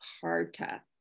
Carta